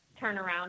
turnaround